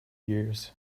years